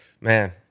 man